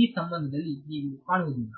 ಈ ಸಂಬಂಧದಲ್ಲಿ ನೀವು ಕಾಣುವುದಿಲ್ಲ